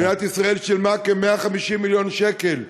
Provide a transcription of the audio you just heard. זה עלה למדינת ישראל כ-150 מיליון שקל,